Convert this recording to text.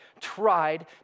tried